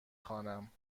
خوانم